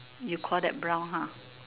you call that brown